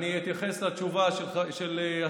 מי אחראי לאסון מירון,